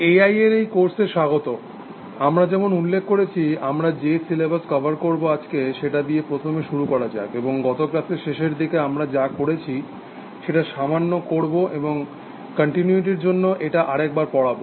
AI এর এই কোর্সে স্বাগত আমরা যেমন উল্লেখ করেছি আমরা যে সিলেবাস কভার করব আজকে সেটা দিয়ে প্রথমে শুরু করা যাক এবং গত ক্লাসে শেষের দিকে আমরা যা করেছি সেটা সামান্য করব এবং কন্টিনিউটির জন্য এটা আর এক বার পড়াব